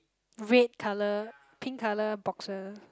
red colour pink colour boxer